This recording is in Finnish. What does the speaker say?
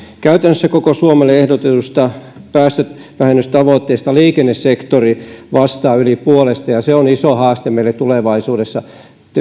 käytännössä koko suomelle ehdotetusta päästövähennystavoitteesta liikennesektori vastaa yli puolesta ja se on iso haaste meille tulevaisuudessa